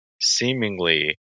seemingly